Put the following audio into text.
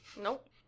Nope